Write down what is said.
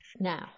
Now